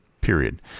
period